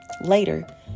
Later